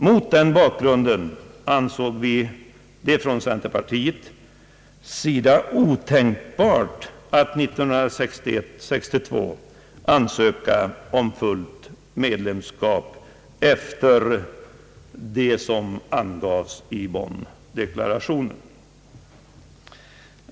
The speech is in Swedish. Mot den bakgrunden ansåg vi från centerpartiets sida otänkbart att under åren 1961 och 1962 ansöka om fullt medlemskap med hänsyn till innehållet i Bonn-deklarationen.